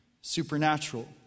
supernatural